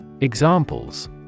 Examples